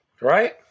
Right